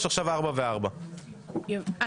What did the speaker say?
בהצעות החוק: 1. הצעת חוק הרשות השנייה לטלוויזיה ורדיו (תיקון מס' 48),